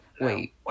Wait